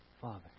Father